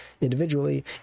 individually